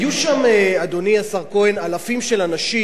היו שם, אדוני השר כהן, אלפים של אנשים,